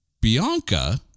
Bianca